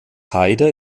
haider